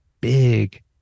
big